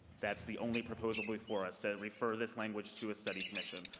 that's the only proposal before us. to refer this language to a study commission.